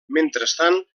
mentrestant